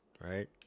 right